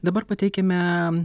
dabar pateikiame